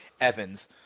Evans